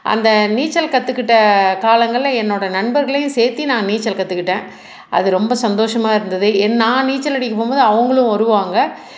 அந்த நீச்சல் கற்றுக்கிட்ட காலங்கள்ல என்னோட நண்பர்களையும் சேத்து நான் நீச்சல் கற்றுக்கிட்டேன் அது ரொம்ப சந்தோஷமாக இருந்தது என் நான் நீச்சல் அடிக்க போகும் போது அவங்களும் வருவாங்க